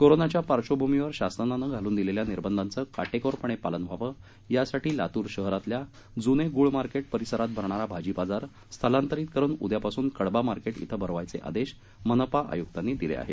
कोरोनाच्या पार्श्वभूमीवर शासनानं घालून दिलेल्या निर्बंधांचं काटेकोरपणे पालन व्हावं यासाठी लातूर शहरातल्या जुने गुळ मार्केट परिसरात भरणारा भाजीबाजार स्थलांतरित करून उद्यापासून कडबा मार्केट श्रे भरवण्याचे आदेश मनपा आयुक्तांनी दिले आहेत